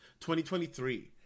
2023